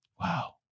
Wow